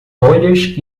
bolhas